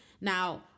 Now